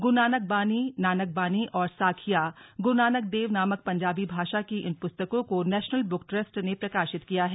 गुरू नानक बानी नानक बानी और साखियां गुरू नानक देव नामक पंजाबी भाषा की इन पुस्तकों को नेशनल बुक ट्रस्ट ने प्रकाशित किया है